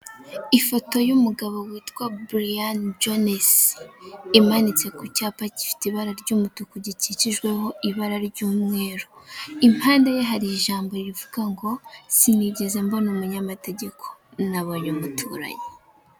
Ifoto y'umugabo witwa burayani jonesi imanitse ku cyapa gifite ibara ry'umutuku gikikijweho ibara ry'umweru, impande ye hari ijambo rivuga ngo "sinigeze mbona umunyamategeko nabonye umuturanyi."